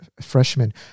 freshman